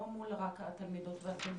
לא רק מול התלמידות והתלמידים?